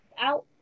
out